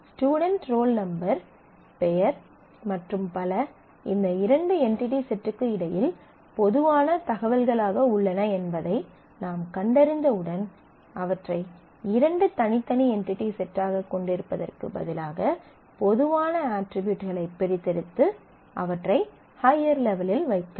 student roll number பெயர் மற்றும் பல இந்த இரண்டு என்டிடி செட்டுக்கு இடையில் பொதுவான தகவல்களாக உள்ளன என்பதை நாம் கண்டறிந்தவுடன் அவற்றை இரண்டு தனித்தனி என்டிடி செட்டாகக் கொண்டிருப்பதற்குப் பதிலாக பொதுவான அட்ரிபியூட்களை பிரித்தெடுத்து அவற்றை ஹய்யர் லெவலில் வைக்கலாம்